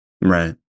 Right